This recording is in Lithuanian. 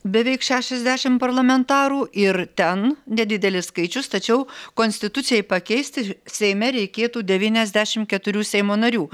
beveik šešiasdešim parlamentarų ir ten nedidelis skaičius tačiau konstitucijai pakeisti seime reikėtų devyniasdešim keturių seimo narių